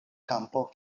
kampo